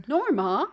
Norma